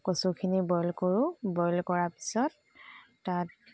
কচুখিনি বইল কৰোঁ বইল কৰাৰ পিছত তাত